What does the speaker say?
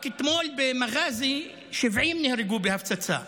רק אתמול במואסי נהרגו 70 בהפצצה,